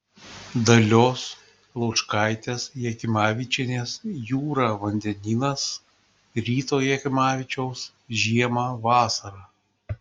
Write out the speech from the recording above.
dalios laučkaitės jakimavičienės jūra vandenynas ryto jakimavičiaus žiemą vasarą